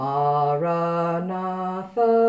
Maranatha